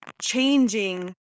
changing